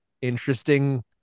interesting